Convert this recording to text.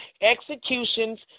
executions